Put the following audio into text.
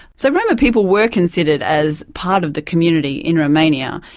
so roma people were considered as part of the community in romania,